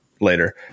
later